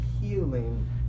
healing